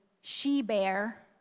she-bear